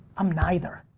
i'm neither.